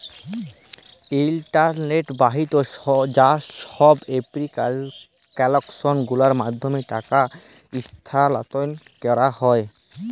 ইলটারলেট বাহিত যা ছব এপ্লিক্যাসল গুলার মাধ্যমে টাকা ইস্থালাল্তর ক্যারা হ্যয়